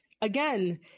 again